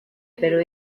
però